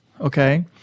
okay